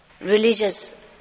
religious